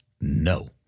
No